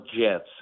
Jets